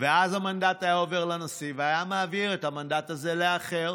ואז המנדט היה עובר לנשיא והוא היה מעביר את המנדט הזה לאחר.